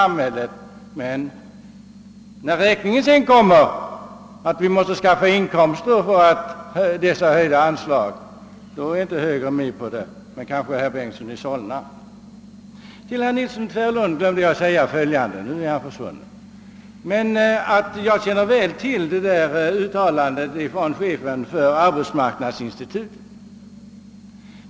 Men när räkningen sedan kommer och det gäller att skaffa fram inkomster för att täcka dessa ökade anslag, då är högern inte längre med. Men kanske herr Bengtson i Solna är det! I mitt förra anförande glömde jag att säga följande till herr Nilsson i Tvärålund — och nu är han försvunnen. Jag känner väl till detta uttalande av chefen för arbetsmarknadsinstitutet.